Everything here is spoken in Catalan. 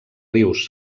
rius